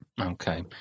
Okay